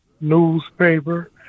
newspaper